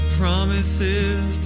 promises